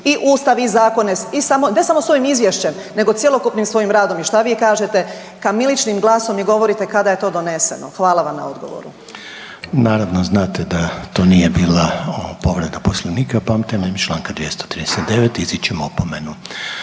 i Ustav i zakone, i samo, ne samo s ovim Izvješćem nego cjelokupnim svojim radom i šta vi kažete, kamiličnim glasom mi govorite kada je to doneseno. Hvala vam na odgovoru. **Reiner, Željko (HDZ)** Naravno znate da to nije bila povreda Poslovnika p vam temeljem čl. 239. izričem opomenu.